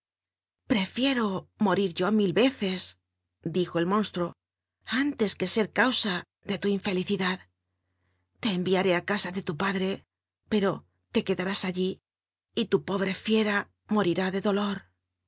prefiero morir o mil ycci's dijo el cln l ru o ánlcs que ser causa de tu infelicidad te lii íaré á casa de tu padre pero le quedarás allí r lu pobre fiera morirá de dolor